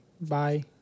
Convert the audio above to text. Bye